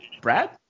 Brad